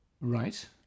Right